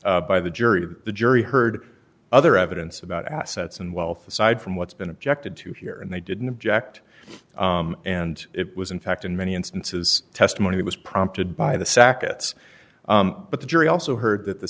by the jury the jury heard other evidence about assets and wealth aside from what's been objected to here and they didn't object and it was in fact in many instances testimony was prompted by the sackets but the jury also heard that the